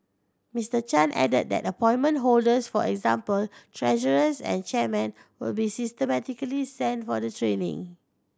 Mister Chan added that appointment holders for example treasurers and chairmen will be systematically sent for the training